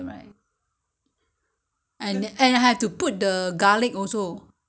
ah 蒜头 eh 通常是焖人家们是放蒜头的你懂不懂